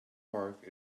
park